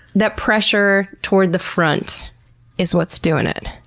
that pressure toward the front is what's doing it?